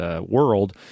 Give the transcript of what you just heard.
world